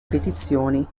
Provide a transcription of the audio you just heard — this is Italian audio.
petizioni